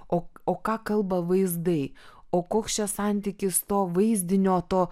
o o ką kalba vaizdai o koks čia santykis to vaizdinio to